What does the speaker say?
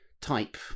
type